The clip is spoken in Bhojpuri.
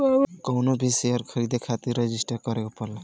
कवनो भी शेयर खरीदे खातिर रजिस्टर करे के पड़ेला